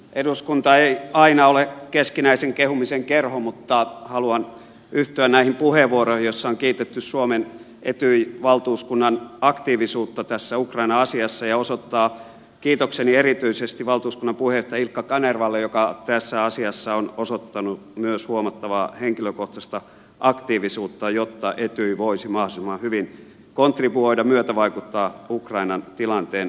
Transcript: eduskunta ei aina ole keskinäisen kehumisen kerho mutta haluan yhtyä näihin puheenvuoroihin joissa on kiitetty suomen etyj valtuuskunnan aktiivisuutta tässä ukraina asiassa ja osoittaa kiitokseni erityisesti valtuuskunnan puheenjohtaja ilkka kanervalle joka tässä asiassa on osoittanut myös huomattavaa henkilökohtaista aktiivisuutta jotta etyj voisi mahdollisimman hyvin kontribuoida myötävaikuttaa ukrainan tilanteen lieventymiseen